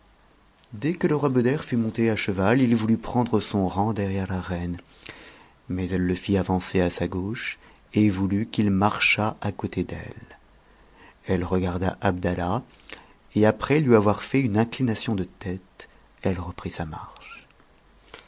dès que le roi beder fut monté à cheval il voulut prendre sou mt derrière la reine mais elle le fit avancer à sa gauche et voulut qu'il marchât à côté d'elle elle regarda abdallah et après lui avoir fait un inclination de tête elle reprit sa marche